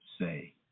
say